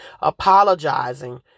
apologizing